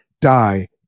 die